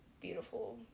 beautiful